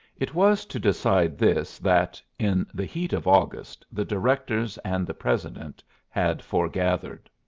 it was to decide this that, in the heat of august, the directors and the president had foregathered.